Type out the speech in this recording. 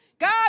God